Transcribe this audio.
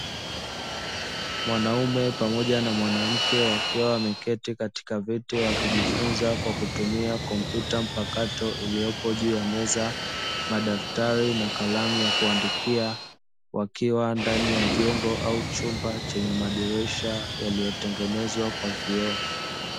Mwanaume pamoja na mwanamke wakiwa wameketi katika vete wakijifunza kwa kutumia kompyuta mpakato, iliyopo juu ya meza madaktari na kalamu ya kuandikia wakiwa ndani ya jengo au chumba chenye madirisha yaliyotengenezwa kwa vyoo.